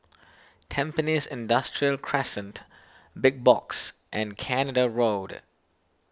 Tampines Industrial Crescent Big Box and Canada Road